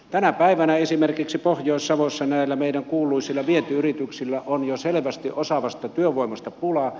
tänä päivänä esimerkiksi pohjois savossa näillä meidän kuuluisilla vientiyrityksillä on jo selvästi osaavasta työvoimasta pula